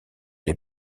les